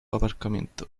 aparcamiento